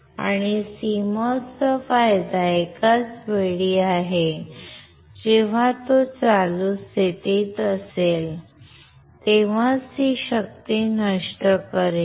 आणि CMOS चा फायदा एकाच वेळी आहे जेव्हा तो चालू स्थितीत असेल तेव्हाच ती शक्ती नष्ट करेल